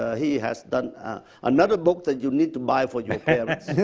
ah he has done another book that you need to buy for your parents.